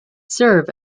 serve